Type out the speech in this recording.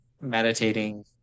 meditating